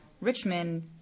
Richmond